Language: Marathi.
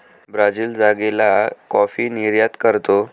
ब्राझील जागेला कॉफी निर्यात करतो